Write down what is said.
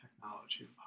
technology